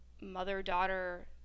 mother-daughter